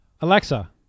Alexa